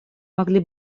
могли